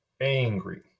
angry